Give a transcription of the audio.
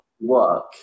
work